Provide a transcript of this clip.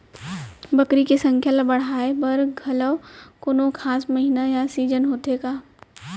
बकरी के संख्या ला बढ़ाए बर घलव कोनो खास महीना या सीजन होथे का?